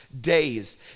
days